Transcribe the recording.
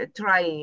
try